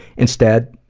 instead,